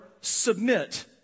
submit